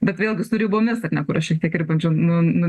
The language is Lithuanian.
bet vėlgi su ribomis ar ne kur aš šiek tiek ir bandžiau nu nu